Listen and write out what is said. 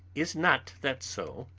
is not that so?